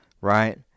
Right